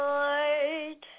Lord